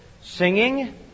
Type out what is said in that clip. singing